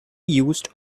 used